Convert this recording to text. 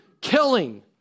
killing